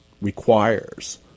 requires